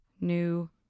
New